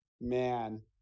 Man